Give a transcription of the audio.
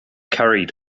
carried